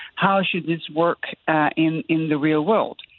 how should this work in in the real world?